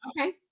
Okay